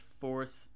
fourth